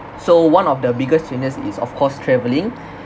so one of the biggest changes is of course travelling